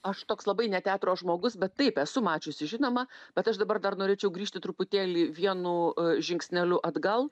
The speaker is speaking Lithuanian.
aš toks labai ne teatro žmogus bet taip esu mačiusi žinoma bet aš dabar dar norėčiau grįžti truputėlį vienu žingsneliu atgal